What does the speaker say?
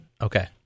Okay